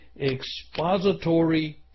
expository